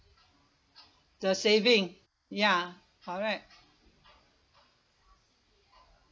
the saving ya correct